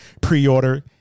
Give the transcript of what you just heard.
pre-order